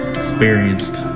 experienced